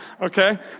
okay